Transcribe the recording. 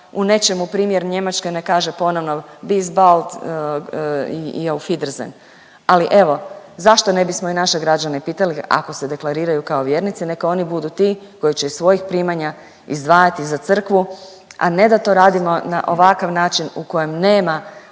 u nečemu primjer Njemačke ne kaže ponovno bis bald i auf-wiedersehen. Ali evo zašto ne bismo i naše građane pitali ako se deklariraju kao vjernici, neka oni budu ti koji će iz svojih primanja izdvajati za crkvu, a ne da to radimo na ovakav način u kojem nema